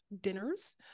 dinners